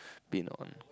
been on